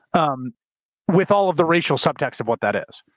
um with all of the racial subtext of what that is.